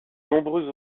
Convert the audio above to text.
nombreux